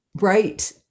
Right